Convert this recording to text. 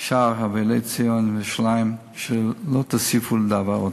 שאר אבלי ציון וירושלים ולא תוסיפו לדאבה עוד".